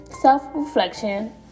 self-reflection